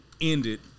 ended